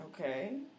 okay